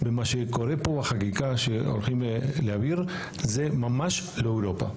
ומה שקורה פה הוא החגיגה שהולכים להעביר - זה ממש לא אירופה.